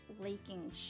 leaking